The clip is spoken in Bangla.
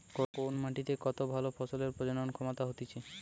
কোন মাটিতে কত ভালো ফসলের প্রজনন ক্ষমতা হতিছে